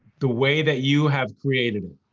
the way that you have created it.